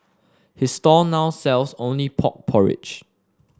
his stall now sells only pork porridge